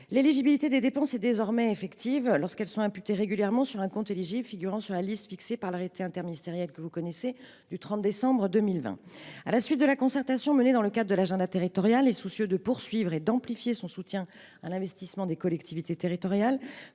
L’éligibilité des dépenses est désormais effective lorsqu’elles sont imputées régulièrement sur un compte éligible figurant sur la liste fixée par l’arrêté interministériel modifié du 30 décembre 2020. À la suite de la concertation menée dans le cadre de l’Agenda territorial, et soucieux de poursuivre et d’amplifier son soutien à l’investissement des collectivités territoriales,